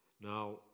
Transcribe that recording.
now